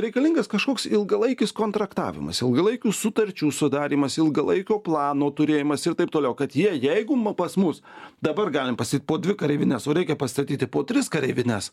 reikalingas kažkoks ilgalaikis kontraktavimas ilgalaikių sutarčių sudarymas ilgalaikio plano turėjimas ir taip toliau kad jie jeigu m pas mus dabar galim pastatyt po dvi kareivines o reikia pastatyt ir po tris kareivines